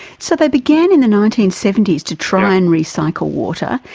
so they began in the nineteen seventy s to try and recycle water,